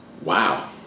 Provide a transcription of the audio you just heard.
Wow